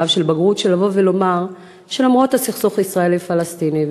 של לבוא ולומר שלמרות הסכסוך הישראלי פלסטיני,